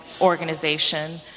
organization